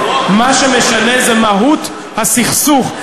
מה שמשנה זה מהות הסכסוך.